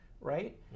right